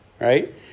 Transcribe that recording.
Right